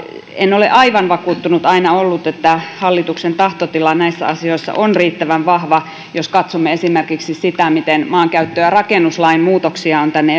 en ole aivan vakuuttunut aina ollut että hallituksen tahtotila näissä asioissa on riittävän vahva jos katsomme esimerkiksi sitä miten maankäyttö ja rakennuslain muutoksia on tänne